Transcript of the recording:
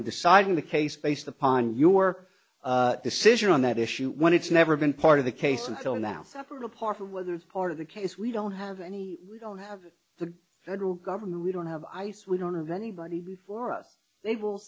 and deciding the case based upon your decision on that issue when it's never been part of the case until now several party whether it's part of the case we don't have any we don't have the federal government we don't have ice we don't have anybody for us they will